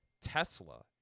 Tesla